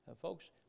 Folks